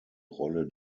rolle